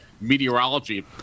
meteorology